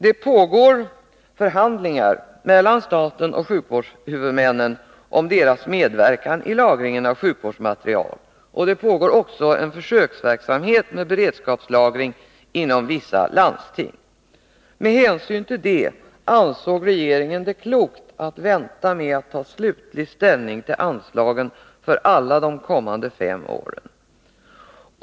Det pågår förhandlingar mellan staten och sjukvårdshuvudmännen om deras medverkan i lagringen av sjukvårdsmateriel. Det pågår också en försöksverksamhet med beredskapslagring inom vissa landsting. Med hänsyn härtill ansåg regeringen det klokt att vänta med att ta ställning till anslagen för alla de fem kommande åren.